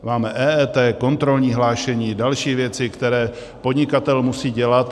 Máme EET, kontrolní hlášení, další věci, které podnikatel musí dělat.